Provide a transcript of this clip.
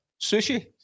Sushi